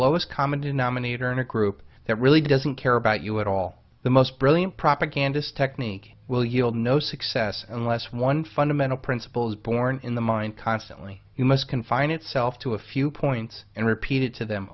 lowest common denominator in a group that really doesn't care about you at all the most brilliant propagandist technique will yield no success unless one fundamental principle is born in the mind constantly you must confine itself to a few points and repeated to them